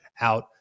out